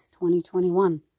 2021